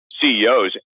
CEOs